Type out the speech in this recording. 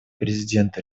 президента